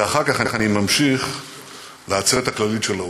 ואחר כך אני ממשיך לעצרת הכללית של האו"ם.